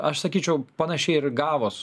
aš sakyčiau panašiai ir gavos